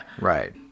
Right